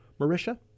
Marisha